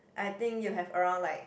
I think you have around like